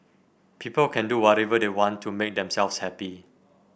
people can do whatever they want to make themselves happy